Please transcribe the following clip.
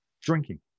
drinking